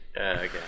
okay